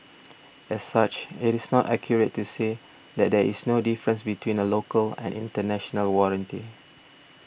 as such it is not accurate to say that there is no difference between a local and international warranty